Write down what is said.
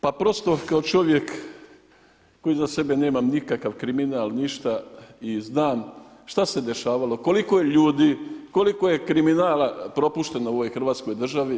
Pa prosto kao čovjek koji iza sebe nemam nikakav kriminal, ništa i znam što se dešavalo, koliko je ljudi, koliko je kriminala propušteno u ovoj Hrvatskoj državi.